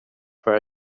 for